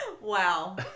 Wow